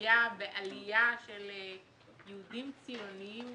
היה בעלייה של יהודים ציוניים